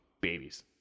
babies